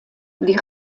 die